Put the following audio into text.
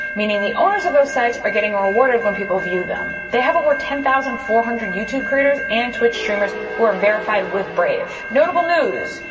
meaning the owners of those sites are getting rewarded when people view them. they have over ten thousand four hundred youtube creators and twitch streamers who are verified with brave. notable news,